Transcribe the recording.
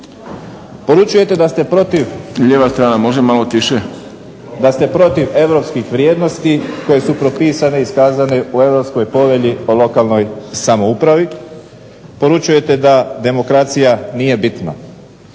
(HDZ)** Da ste protiv europskih vrijednosti koje su propisane i iskazane u Europskoj povelji o lokalnoj samoupravi, poručujete da demokracija nije bitna,